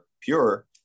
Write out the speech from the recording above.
pure